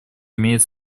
имеет